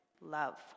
love